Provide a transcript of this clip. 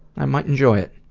i might enjoy it.